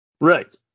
Right